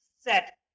set